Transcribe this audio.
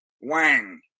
wang